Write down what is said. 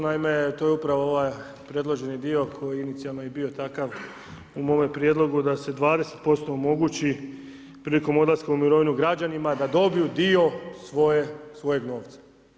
Naime, to je upravo ovaj predloženi dio koji je inicijalno i bio takav u mome prijedlogu da se 20% omogući prilikom odlaska u mirovini građanima da dobiju dio svojeg novca.